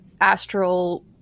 Astral